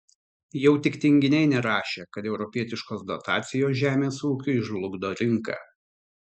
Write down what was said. jau tik tinginiai nerašė kad europietiškos dotacijos žemės ūkiui žlugdo rinką